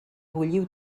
bulliu